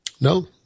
No